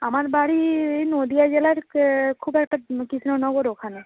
আমার বাড়ি এই নদীয়া জেলার খুব একটা কৃষ্ণনগর ওখানে